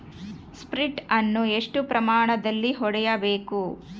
Sprint ಅನ್ನು ಎಷ್ಟು ಪ್ರಮಾಣದಲ್ಲಿ ಹೊಡೆಯಬೇಕು?